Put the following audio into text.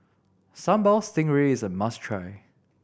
Sambal Stingray is a must try